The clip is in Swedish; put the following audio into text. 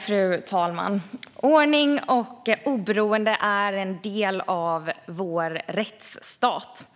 Fru talman! Ordning och oberoende är en del av vår rättsstat.